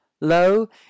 Lo